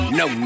no